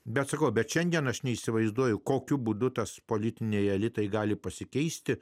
bet ko bet šiandien aš neįsivaizduoju kokiu būdu tas politinėje litai gali pasikeisti